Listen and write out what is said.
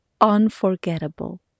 unforgettable